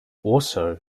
also